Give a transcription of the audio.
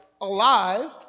alive